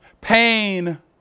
Pain